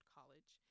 College